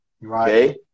Right